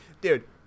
Dude